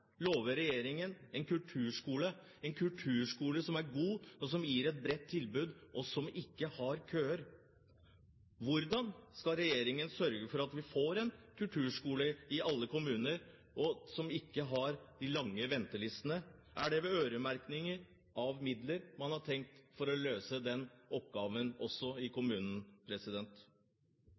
lover regjeringen en kulturskole, en kulturskole som er god, som gir et bredt tilbud, og som ikke har køer. Hvordan skal regjeringen sørge for at vi får en kulturskole i alle kommuner, som ikke har lange ventelister? Er det ved øremerking av midler man har tenkt å løse den oppgaven også i kommunen?